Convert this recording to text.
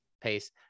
Pace